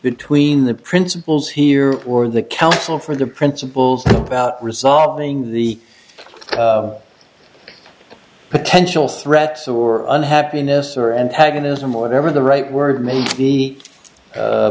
between the principals here or the council for the principals about resolving the potential threats or unhappiness or antagonism or whatever the right word m